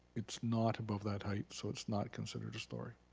it's not above that height, so it's not considered a story.